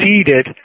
succeeded